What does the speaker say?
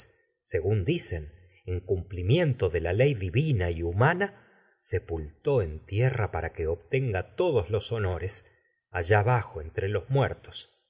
según y dicen pultó en cumplimiento de la ley divina humana se en tierra para que obtenga todos los honores allá bajo entre los muertos y